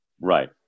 Right